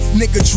nigga